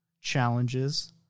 challenges